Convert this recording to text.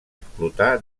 explotar